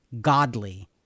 godly